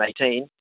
2018